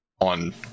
on